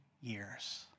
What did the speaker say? years